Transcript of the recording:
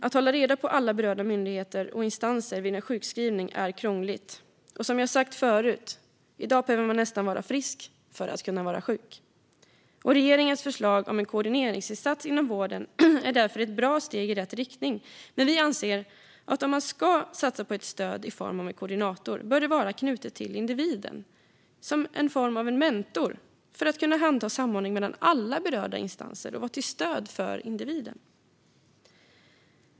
Att hålla reda på alla berörda myndigheter och instanser vid en sjukskrivning är krångligt. Som jag sagt förut behöver man i dag nästan vara frisk för att kunna vara sjuk. Regeringens förslag om en koordineringsinsats inom vården är därför ett bra steg i rätt riktning. Men vi anser att om man ska satsa på ett stöd i form av en koordinator bör det vara knutet till individen som en form av en mentor för att kunna handha samordning mellan alla berörda instanser och vara till stöd för individen.